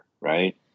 right